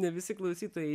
ne visi klausytojai